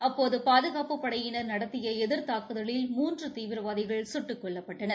அப்போது பாதுகாப்புப் படையின் நடத்திய எதிர் தாக்குதலில் மூன்று தீவிரவாதிகள் கட்டுக் கொல்லப்பட்டனர்